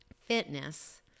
fitness